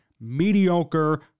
mediocre